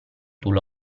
tool